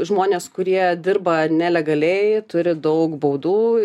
žmonės kurie dirba nelegaliai turi daug baudų